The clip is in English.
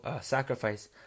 sacrifice